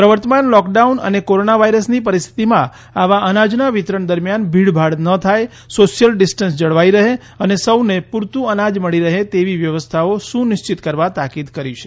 પ્રવર્તમાન લોકડાઉન અને કોરોના વાયરસની પરિસ્થિતીમાં આવા અનાજના વિતરણ દરમ્યાન ભીડભાડ ન થાય સોશિયલ ડિસ્ટન્સ જળવાઇ રહે અને સૌને પૂરતું અનાજ મળી રહે તેવી વ્યવસ્થાઓ સુનિશ્ચિત કરવા તાકીદ કરી છે